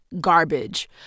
garbage